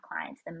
clients